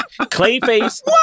Clayface